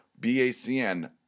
BACN